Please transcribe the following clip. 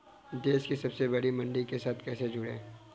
देश की सबसे बड़ी मंडी के साथ कैसे जुड़ें?